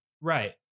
right